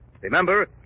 Remember